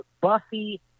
Buffy